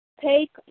take